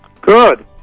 Good